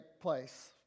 place